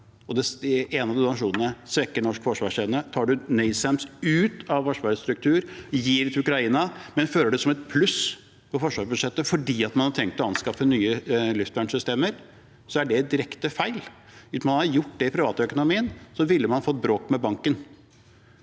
og en av donasjonene svekker norsk forsvarsevne. Tar en NASAMS ut av Forsvarets struktur, gir det til Ukraina, men fører det som et pluss på forsvarsbudsjettet fordi man har tenkt å anskaffe nye luftvernsystemer, er det direkte feil. Hvis man hadde gjort det i privatøkonomien, ville man fått bråk med banken,